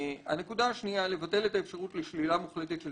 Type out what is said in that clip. הנקודה השנייה לבטל את האפשרות לשלילה מוחלטת של